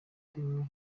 rimwe